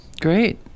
Great